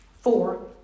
four